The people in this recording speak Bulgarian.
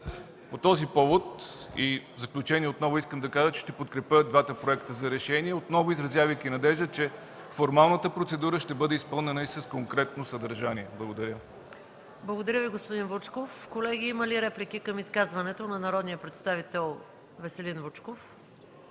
По този повод и в заключение отново искам да кажа, че ще подкрепя двата проекта за решения, изразявайки надежда, че формалната процедура ще бъде изпълнена и с конкретно съдържание. Благодаря Ви. ПРЕДСЕДАТЕЛ МАЯ МАНОЛОВА: Благодаря Ви, господин Вучков. Колеги, има ли реплики към изказването на народния представител Веселин Вучков?